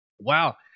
wow